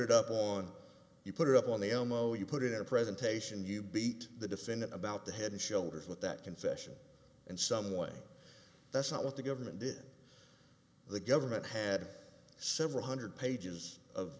it up on you put it up on the ammo you put it in a presentation you beat the defendant about the head and shoulders with that confession in some way that's not what the government did the government had several hundred pages of